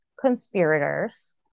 conspirators